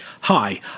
hi